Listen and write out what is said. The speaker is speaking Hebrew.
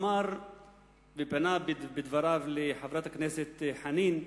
הוא פנה בדבריו לחברת הכנסת חנין ואמר: